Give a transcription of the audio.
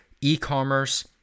e-commerce